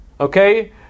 okay